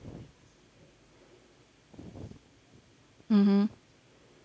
mmhmm